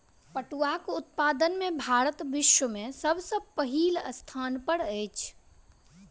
पटुआक उत्पादन में भारत विश्व में सब सॅ पहिल स्थान पर अछि